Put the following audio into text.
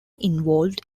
involved